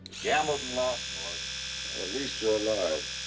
gambled and lost, morgan. at least you're alive.